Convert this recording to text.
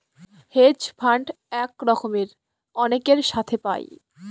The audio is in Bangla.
হেজ ফান্ড এক রকমের অনেকের সাথে পায়